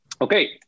Okay